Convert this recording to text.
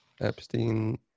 Epstein